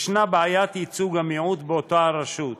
ישנה בעיית ייצוג של המיעוט באותה רשות.